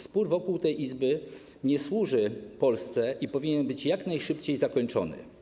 Spór wokół tej izby nie służy Polsce i powinien być jak najszybciej zakończony.